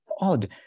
odd